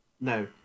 No